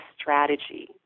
strategy